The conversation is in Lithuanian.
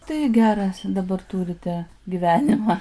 tai geras dabar turite gyvenimą